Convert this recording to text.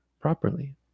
properly